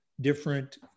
different